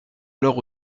alors